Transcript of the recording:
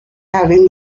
having